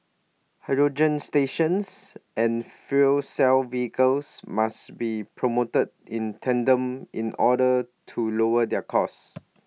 hydrogen stations and fuel cell vehicles must be promoted in tandem in order to lower their cost